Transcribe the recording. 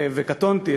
וקטונתי,